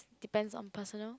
depends on personal